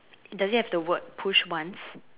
does it have the word push once